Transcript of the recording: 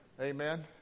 Amen